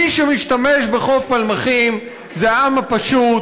מי שמשתמש בחוף פלמחים זה העם הפשוט,